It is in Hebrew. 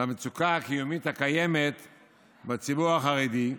למצוקה הקיומית הקיימת בציבור החרדי,